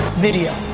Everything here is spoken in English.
video.